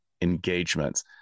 engagements